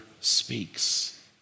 speaks